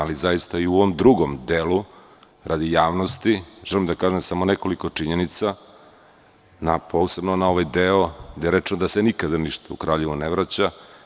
Ali, i u ovom drugom delu, radi javnosti, želim da kažem samo nekoliko činjenica, posebno o ovom delu gde je reč da se nikada ništa u Kraljevo ne vraća.